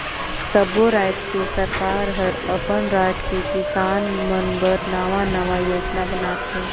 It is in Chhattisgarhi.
सब्बो रायज के सरकार हर अपन राज के किसान मन बर नांवा नांवा योजना बनाथे